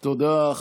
תודה.